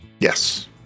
Yes